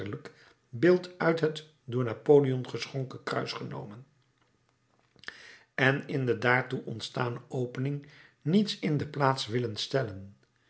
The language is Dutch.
beeld uit het door napoleon geschonken kruis genomen en in de daardoor ontstane opening niets in de plaats willen stellen